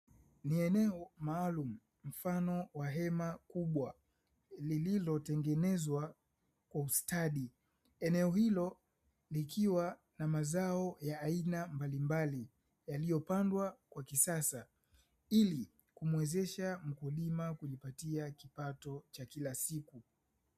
Ni eneo maalum mfano wa hema kubwa lililotengenezwa kwa ustadi. Eneo hilo likiwa na mazao ya aina mbalimbali yaliyopandwa kwa kisasa ili kumuwezesha mkulima kujipatia kipato cha kila siku.